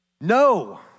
No